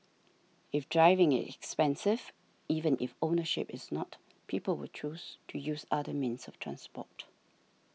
if driving is expensive even if ownership is not people will choose to use other means of transport